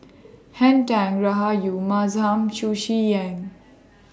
Henn Tan Rahayu Mahzam Chu Chee Seng